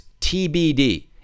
TBD